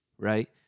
right